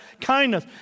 kindness